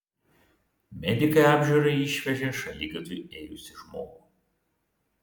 medikai apžiūrai išvežė šaligatviu ėjusį žmogų